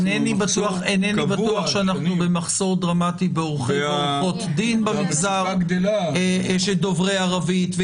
אינני בטוח שאנחנו במחסור דרמטי בעורכי ועורכות דין במגזר דוברי ערבית.